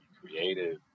creative